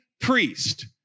priest